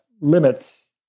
limits